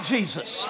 Jesus